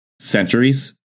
centuries